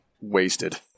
wasted